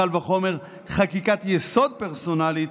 קל וחומר חקיקת-יסוד פרסונלית,